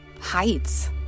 heights